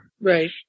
Right